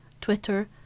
Twitter